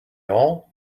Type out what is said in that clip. all